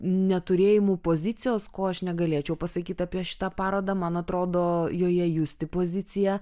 neturėjimu pozicijos ko aš negalėčiau pasakyt apie šitą parodą man atrodo joje justi pozicija